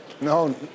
No